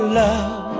love